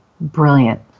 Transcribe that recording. brilliant